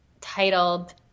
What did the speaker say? titled